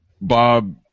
Bob